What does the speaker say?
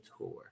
tour